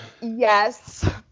Yes